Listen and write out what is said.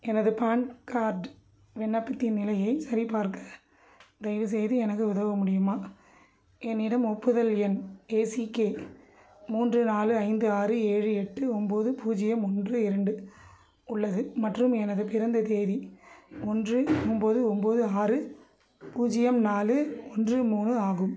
எனது PAN card விண்ணப்பத்தின் நிலையை சரிபார்க்க தயவுசெய்து எனக்கு உதவ முடியுமா என்னிடம் ஒப்புதல் எண் ஏசிகே மூன்று நாலு ஐந்து ஆறு ஏழு எட்டு ஒம்பது பூஜ்ஜியம் ஒன்று இரண்டு உள்ளது மற்றும் எனது பிறந்த தேதி ஒன்று ஒம்பது ஒம்பது ஆறு பூஜ்ஜியம் நாலு ஒன்று மூணு ஆகும்